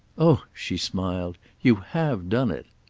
oh, she smiled, you have done it.